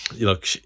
look